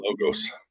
Logos